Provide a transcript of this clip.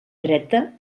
dreta